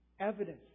evidence